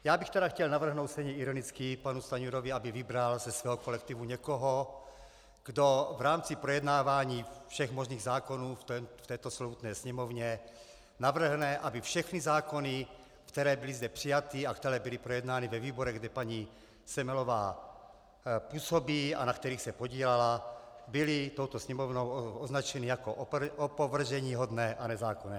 Já bych tedy chtěl navrhnout stejně ironicky panu Stanjurovi, aby vybral ze svého kolektivu někoho, kdo v rámci projednávání všech možných zákonů v této slovutné Sněmovně navrhne, aby všechny zákony, které byly zde přijaty a které byly projednány ve výborech, kde paní Semelová působí a na kterých se podílela, byly touto Sněmovnou označeny jako opovrženíhodné a nezákonné.